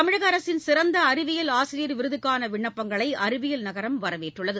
தமிழக அரசின் சிறந்த அறிவியல் ஆசிரியர் விருதுக்கான விண்ணப்பங்களை அறிவியல் நகரம் வரவேற்றுள்ளது